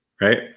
right